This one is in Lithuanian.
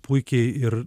puikiai ir